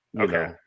okay